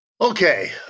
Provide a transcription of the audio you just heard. Okay